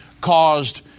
caused